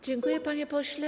Dziękuję, panie pośle.